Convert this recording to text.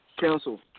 Council